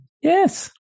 Yes